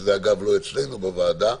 שזה אגב לא אצלנו בוועדה,